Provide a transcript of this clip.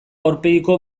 aurpegiko